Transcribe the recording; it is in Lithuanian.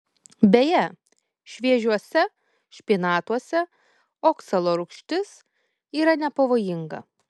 beje šviežiuose špinatuose oksalo rūgštis yra nepavojinga